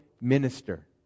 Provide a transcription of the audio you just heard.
minister